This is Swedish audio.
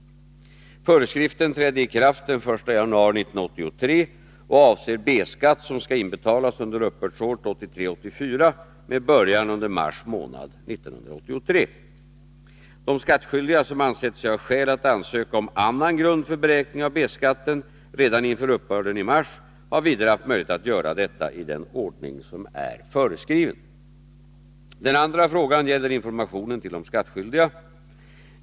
Föreskriften trädde i kraft den 1 januari 1983 och avser B-skatt som skall inbetalas under uppbördsåret 1983/84 med början under mars månad 1983. De skattskyldiga som ansett sig ha skäl att ansöka om annan grund för beräkning av B-skatten redan inför uppbörden i mars har vidare haft möjlighet att göra detta i den ordning som är föreskriven. Den andra frågan gäller informationen till de skattskyldiga.